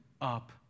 up